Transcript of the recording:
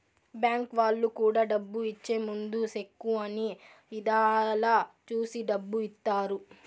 bank వాళ్ళు కూడా డబ్బు ఇచ్చే ముందు సెక్కు అన్ని ఇధాల చూసి డబ్బు ఇత్తారు